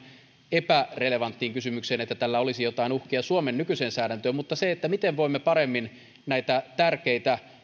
epärelevanttiin kysymykseen että tällä olisi joitain uhkia suomen nykyiseen säädäntöön miten voimme paremmin näitä tärkeitä